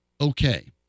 okay